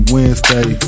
Wednesday